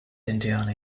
indiana